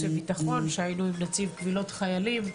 וביטחון כשהיינו עם נציב קבילות חיילים.